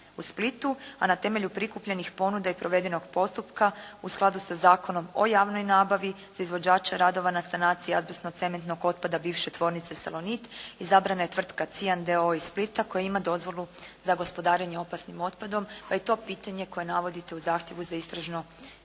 u Splitu, a na temelju prikupljenih ponuda i provedenog postupka u skladu sa Zakonom o javnoj nabavi za izvođača radova na azbestno cementnog otpada bivše tvornice "Salonit" izabrana je tvrtka "Cian" d.o.o. iz Splita koja ima dozvolu za gospodarenje opasnim otpadom, pa je to pitanje koje navodite za Istražno povjerenstvo